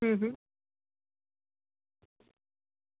હમ હમ